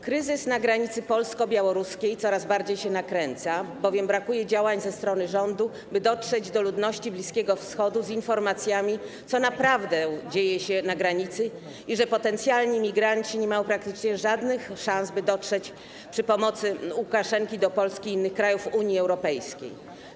Kryzys na granicy polsko-białoruskiej coraz bardziej się nakręca, bowiem brakuje działań ze strony rządu, by dotrzeć do ludności Bliskiego Wschodu z informacjami, co naprawdę dzieje się na granicy i że potencjalni migranci nie mają praktycznie żadnych szans, by dotrzeć przy pomocy Łukaszenki do Polski i innych krajów Unii Europejskiej.